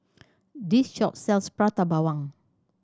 this shop sells Prata Bawang